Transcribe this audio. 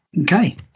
Okay